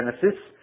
Genesis